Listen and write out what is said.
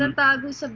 and vloggers ah